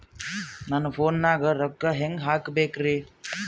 ನನ್ನ ಫೋನ್ ನಾಗ ರೊಕ್ಕ ಹೆಂಗ ಹಾಕ ಬೇಕ್ರಿ?